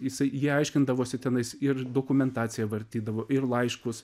jisai jie aiškindavosi tenais ir dokumentaciją vartydavo ir laiškus